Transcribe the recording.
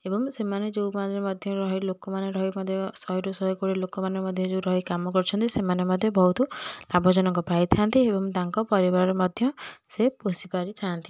ଏବଂ ସେମାନେ ଯେଉଁମାନେ ମଧ୍ୟ ରହି ଲୋକମାନେ ରହି ମଧ୍ୟ ଶହେରୁ ଶହେକୋଡ଼ିଏ ଲୋକମାନେ ମଧ୍ୟ ଯେଉଁ ରହି କାମ କରୁଛନ୍ତି ସେମାନେ ମଧ୍ୟ ବହୁତ ଲାଭଜନକ ପାଇଥାନ୍ତି ଏବଂ ତାଙ୍କ ପରିବାର ମଧ୍ୟ ସେ ପୋଷି ପାରିଥାଆନ୍ତି